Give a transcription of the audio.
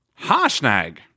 Harshnag